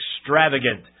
extravagant